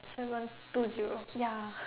zero one two zero ya